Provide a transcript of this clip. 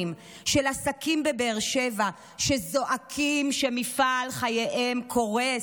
מעסקים בבאר שבע שזועקים שמפעל חייהם קורס,